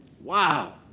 Wow